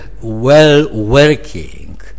well-working